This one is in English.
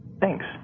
Thanks